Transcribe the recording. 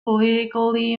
politically